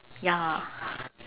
ya